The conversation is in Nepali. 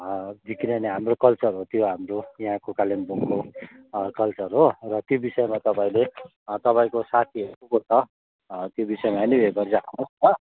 किनभने हाम्रो कल्चर हो त्यो हाम्रो यहाँको कालिम्पोङको कल्चर हो र त्यस विषयमा तपाईँले तपाईँको साथीहरू को को छ त्यो विषयमा अलि यो गरिराखौँ हो